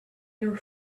your